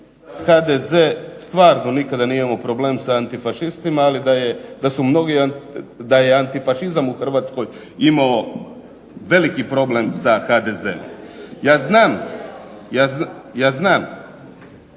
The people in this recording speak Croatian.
HDZ stvarno nije nikada imao problem sa antifašistima, ali da su mnogi da je antifašizam u Hrvatskoj imao veliki problem za HDZ. Ja znam da ovaj